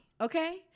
Okay